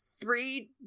three